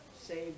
save